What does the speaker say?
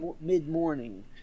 mid-morning